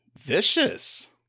vicious